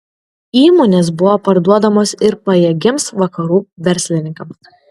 įmonės buvo parduodamos ir pajėgiems vakarų verslininkams